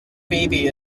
baby